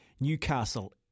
Newcastle